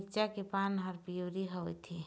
मिरचा के पान हर पिवरी होवथे?